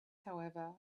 however